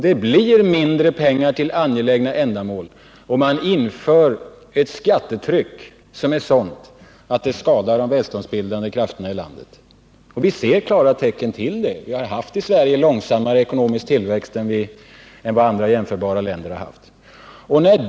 Det blir mindre pengar till angelägna ändamål om man inför ett skattetryck som är sådant att det skadar de välståndsbildande krafterna i landet. Vi ser klara tecken på det. Vi har i Sverige haft en långsammare ekonomisk tillväxt än i andra jämförbara länder.